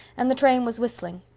and the train was whistling.